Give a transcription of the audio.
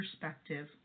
perspective